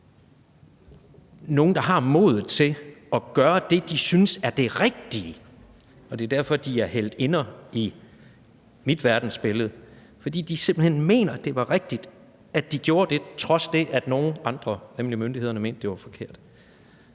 nogle, der har modet til at gøre det, de synes er det rigtige, og det er derfor, de er heltinder i mit verdensbillede. Det var, fordi de simpelt hen mente, at det var rigtigt, at de gjorde det, trods det, at nogle andre, nemlig myndighederne, mente, det var forkert.